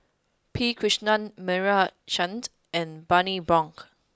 P Krishnan Meira Chand and Bani Buang